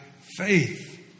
faith